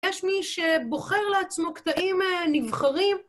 יש מי שבוחר לעצמו קטעים נבחרים.